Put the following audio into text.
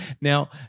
Now